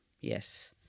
yes